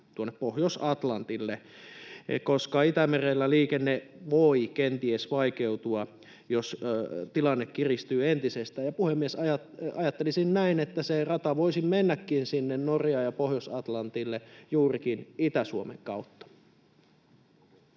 tuonne Pohjois-Atlantille, koska Itämerellä liikenne voi kenties vaikeutua, jos tilanne kiristyy entisestään. Ja puhemies, ajattelisin, että se rata voisi mennä sinne Norjaan ja Pohjois-Atlantille juurikin Itä-Suomen kautta.